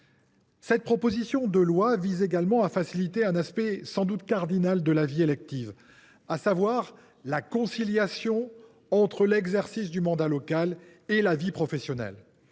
Cette proposition de loi vise également à faciliter un aspect sans doute cardinal de la vie élective, à savoir la conciliation entre l’exercice du mandat local et la vie professionnelle.